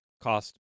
cost